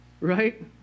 right